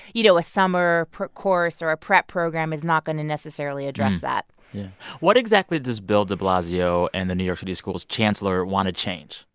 you know, a summer course or a prep program is not going to necessarily address that what exactly does bill de blasio and the new york city schools chancellor want to change?